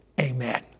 Amen